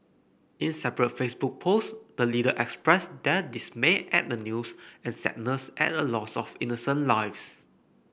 in separate Facebook posts the leader expressed their dismay at the news and sadness at the loss of innocent lives